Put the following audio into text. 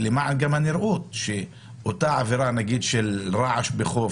זה גם למען הנראות, כי עבירה של רעש בחוף,